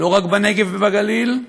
לא רק בנגב ובגליל,